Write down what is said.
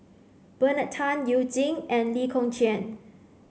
Bernard Tan You Jin and Lee Kong Chian